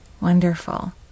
Wonderful